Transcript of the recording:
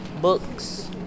books